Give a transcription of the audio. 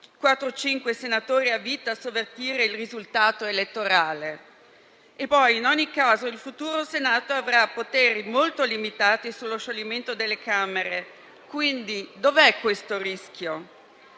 senatori a vita sovvertire il risultato elettorale? Inoltre, in ogni caso il futuro Senato avrà poteri molto limitati sullo scioglimento delle Camere, quindi dov'è questo rischio?